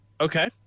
Okay